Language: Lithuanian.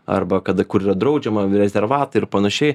arba kada kur yra draudžiama rezervatai ir panašiai